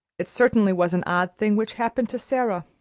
it certainly was an odd thing which happened to sara.